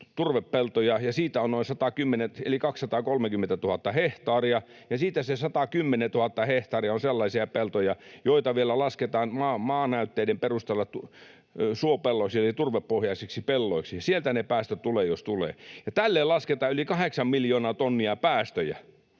turvepeltoja, eli 230 000 hehtaaria ja siitä se 110 tuhatta hehtaaria on sellaisia peltoja, joita vielä lasketaan maanäytteiden perusteella suopelloiksi eli turvepohjaisiksi pelloiksi — ja sieltä ne päästöt tulevat jos tulevat — niin tälle lasketaan yli 8 miljoonaa tonnia päästöjä.